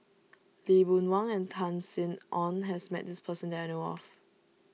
Lee Boon Wang and Tan Sin Aun has met this person that I know of